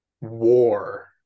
war